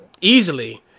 easily